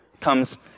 comes